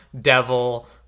devil